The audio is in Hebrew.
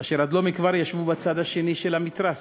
אשר עד לא מכבר ישבו בצד השני של המתרס.